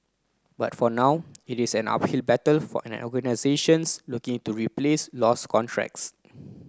but for now it is an uphill battle for organisations looking to replace lost contracts